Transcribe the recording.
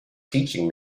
teaching